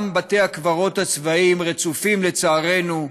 גם בתי-הקברות הצבאיים רצופים, לצערנו,